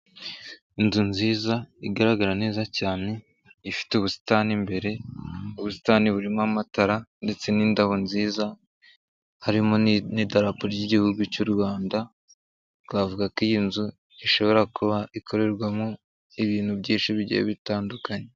Inzu nziza, igaragara neza cyane, ifite ubusitani imbere, ubusitani burimo amatara ndetse n'indabo nziza, harimo n'idarapo ry'igihugu cy'u Rwanda, twavuga ko iyi nzu ishobora kuba ikorerwamo ibintu byinshi bigiye bitandukanye.